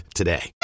today